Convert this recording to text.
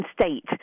state